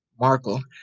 Markle